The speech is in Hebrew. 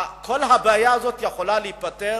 הבעיה הזאת יכולה להיפתר,